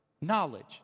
knowledge